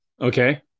Okay